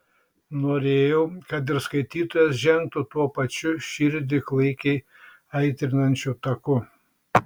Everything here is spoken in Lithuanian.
norėjau kad ir skaitytojas žengtų tuo pačiu širdį klaikiai aitrinančiu taku